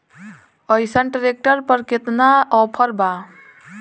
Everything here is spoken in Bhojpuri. अइसन ट्रैक्टर पर केतना ऑफर बा?